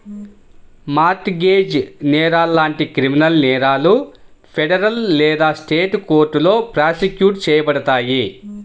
mart gauge నేరాలు లాంటి criminal నేరాలు ఫెడరల్ లేదా స్టేట్ కోర్టులో ప్రాసిక్యూట్ చేయబడతాయి